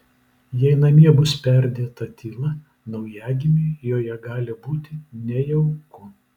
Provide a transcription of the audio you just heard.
jei namie bus perdėta tyla naujagimiui joje gali būti nejauku